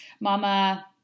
Mama